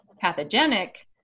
Pathogenic